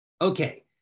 Okay